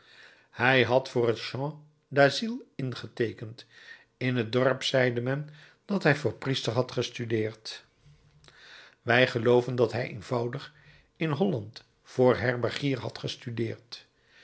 hij had voor het champ d'asile ingeteekend in het dorp zeide men dat hij voor priester had gestudeerd wij gelooven dat hij eenvoudig in holland voor herbergier had gestudeerd